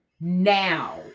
now